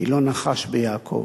"כי לא נחש ביעקב",